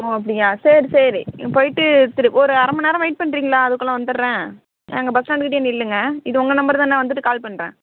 ஓ அப்படியா சரி சரி போய்விட்டு ஒரு அரை மணி நேரம் வெயிட் பண்ணுறீங்களா அதுக்குள்ளே வந்துடுறேன் அங்கே பஸ் ஸ்டாண்டு கிட்டே நில்லுங்க இது உங்கள் நம்பர் தானே வந்துட்டு கால் பண்ணுறேன்